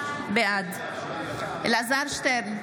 בעד אלעזר שטרן,